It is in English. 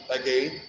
again